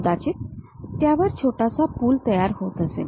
कदाचित त्यावर छोटासा पूल तयार होत असेल